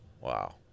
Wow